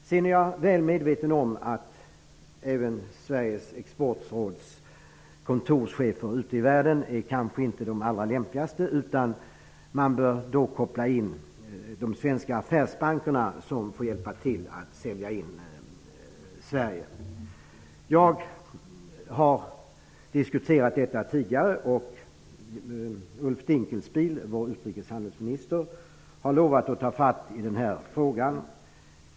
Jag är väl medveten om att även Sveriges exportråds kontorschefer ute i världen kanske inte är de allra lämpligaste. Man bör då koppla in de svenska affärsbankerna, som får hjälpa till att sälja in Sverige. Jag har tagit upp detta tidigare. Ulf Dinkelspiel, vår utrikeshandelsminister, har lovat att ta fatt i denna fråga.